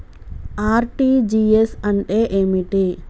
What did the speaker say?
RTGS అంటే ఏమిటి?